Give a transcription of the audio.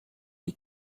die